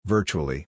Virtually